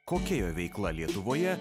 kokia jo veikla lietuvoje